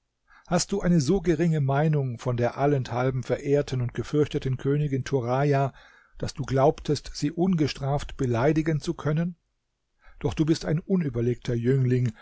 hast du eine so geringe meinung von der allenthalben verehrten und gefürchteten königin turaja daß du glaubtest sie ungestraft beleidigen zu können doch du bist ein unüberlegter jüngling